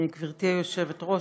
גברתי היושבת-ראש,